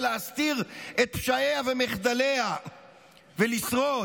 להסתיר את פשעיה ומחדליה ולשרוד.